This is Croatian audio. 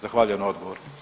Zahvaljujem na odgovoru.